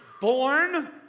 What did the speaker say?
born